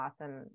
awesome